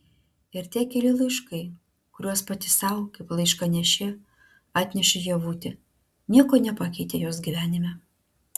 ir tie keli laiškai kuriuos pati sau kaip laiškanešė atnešė ievutė nieko nepakeitė jos gyvenime